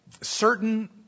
certain